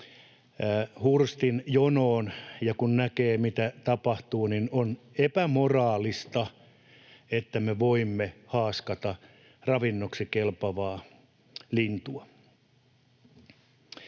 Hurstin jonoon ja kun näkee, mitä tapahtuu, on epämoraalista, että me voimme haaskata ravinnoksi kelpaavaa lintua.